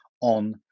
on